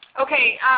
Okay